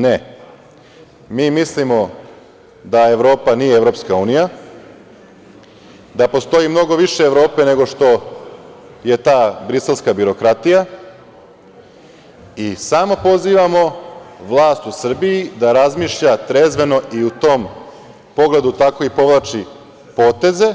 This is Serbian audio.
Ne, mi mislimo da Evropa nije EU, da postoji mnogo više Evrope nego što je ta briselska birokratija i samo pozivamo vlast u Srbiji da razmišlja trezveno i u tom pogledu tako i povlači poteze